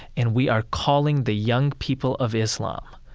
and we are calling the young people of islam.